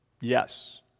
Yes